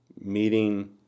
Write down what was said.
meeting